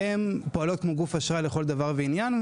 הן פועלות כמו גוף אשראי לכל דבר ועניין,